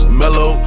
mellow